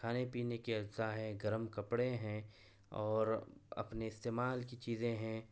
کھانے پینے کے اجزا ہیں گرم کپڑے ہیں اور اپنے استعمال کی چیزیں ہیں